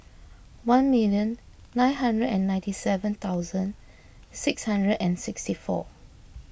one million nine hundred and ninety seven thousand six hundred and sixty four